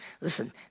Listen